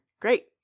great